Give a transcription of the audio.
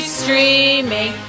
streaming